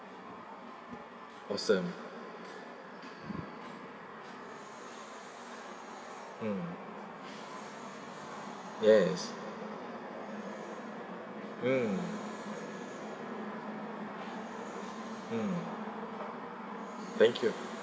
awesome mm yes mm mm thank you